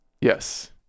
Yes